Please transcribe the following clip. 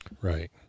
Right